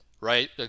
right